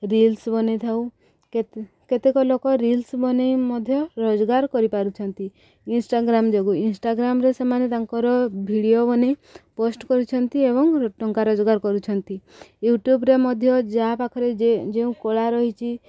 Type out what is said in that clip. reels ବନେଇଥାଉ କେ କେତେକ ଲୋକ ରିଲ୍ସ ବନେଇ ମଧ୍ୟ ରୋଜଗାର କରିପାରୁଛନ୍ତି ଇନଷ୍ଟାଗ୍ରାମ୍ ଯୋଗୁଁ ଇନସଷ୍ଟାଗ୍ରାମରେ ସେମାନେ ତାଙ୍କର ଭିଡ଼ିଓ ବନେଇ ପୋଷ୍ଟ କରୁଛନ୍ତି ଏବଂ ଟଙ୍କା ରୋଜଗାର କରୁଛନ୍ତି ୟୁଟ୍ୟୁବ୍ରେ ମଧ୍ୟ ଯାହା ପାଖରେ ଯେ ଯେଉଁ କଳା ରହିଛି